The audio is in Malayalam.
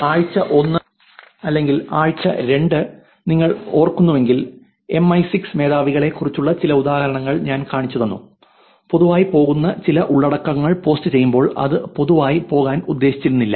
ആഴ്ച 1 അല്ലെങ്കിൽ ആഴ്ച 2 നിങ്ങൾ ഓർക്കുന്നുവെങ്കിൽ MI6 മേധാവികളെ കുറിച്ചുള്ള ചില ഉദാഹരണങ്ങൾ ഞാൻ കാണിച്ചുതന്നു പൊതുവായി പോകുന്ന ചില ഉള്ളടക്കങ്ങൾ പോസ്റ്റുചെയ്യുമ്പോൾ അത് പൊതുവായി പോകാൻ ഉദ്ദേശിച്ചിരുന്നില്ല